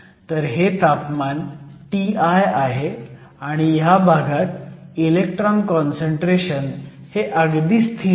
तर हे तापमान Ti आहे आणि ह्या भागात इलेक्ट्रॉन काँसंट्रेशन हे अगदी स्थिर आहे